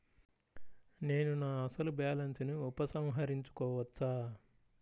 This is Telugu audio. నేను నా అసలు బాలన్స్ ని ఉపసంహరించుకోవచ్చా?